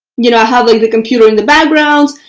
you know, i have like the computer in the background.